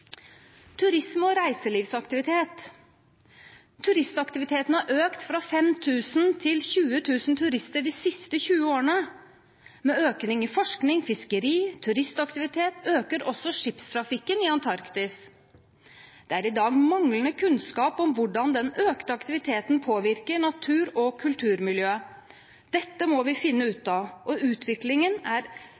Turistaktiviteten har økt fra 5 000 til 20 000 turister de siste 20 årene. Med økning i forsknings-, fiskeri- og turistaktivitet øker også skipstrafikken i Antarktis. Det er i dag manglende kunnskap om hvordan den økte aktiviteten påvirker natur- og kulturmiljøet. Dette må vi finne ut av, og utviklingen